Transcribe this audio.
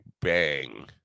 bang